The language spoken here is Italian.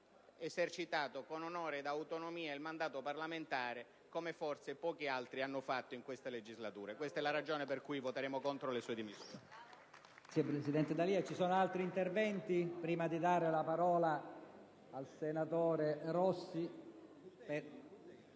esercitato con onore ed autonomia il mandato parlamentare, come forse pochi altri hanno fatto in detta legislatura. Questa è la ragione per cui voteremo contro le sue dimissioni.